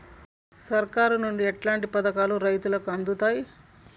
సర్కారు నుండి ఎట్లాంటి పథకాలు రైతులకి అందుతయ్?